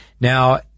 Now